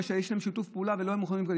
בגלל שיש להם שיתוף פעולה ולא היו מוכנים,